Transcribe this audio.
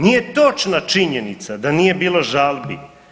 Nije točna činjenica da nije bilo žalbi.